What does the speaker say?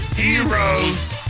heroes